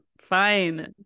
Fine